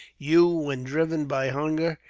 you, when driven by hunger,